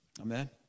Amen